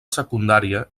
secundària